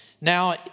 Now